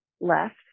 left